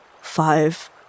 Five